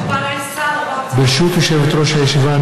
ברשות יושבת-ראש הישיבה,